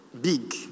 big